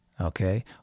okay